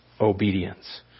obedience